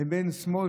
לבין שמאל,